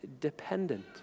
dependent